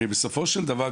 הרי בסופו של דבר,